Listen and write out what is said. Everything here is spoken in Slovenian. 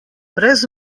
brez